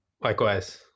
Likewise